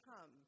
come